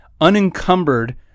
unencumbered